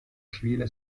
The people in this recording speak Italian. civile